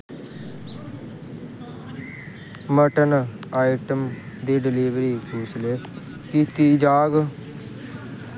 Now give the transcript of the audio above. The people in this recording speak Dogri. मटन आइटम दी डिलीवर कुसलै कीती जाग